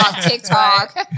TikTok